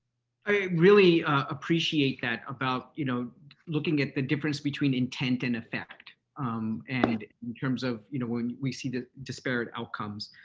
i really appreciate that about you know looking at the difference between intent and effect um and in terms of you know when we see the disparate outcomes.